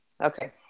Okay